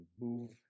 move